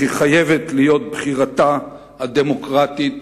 אך היא חייבת להיות בחירתה הדמוקרטית